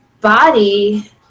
body